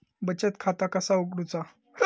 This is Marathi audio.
बचत खाता कसा उघडूचा?